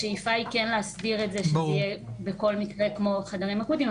השאיפה היא כן להסדיר את זה שזה יהיה בכל מקרה כמו חדרים אקוטיים,